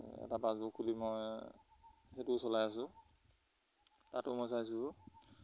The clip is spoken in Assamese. এটা বাজোৰ খুলি মই সেইটোও চলাই আছোঁ তাতো মই চাইছোঁ